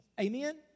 Amen